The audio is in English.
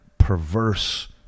perverse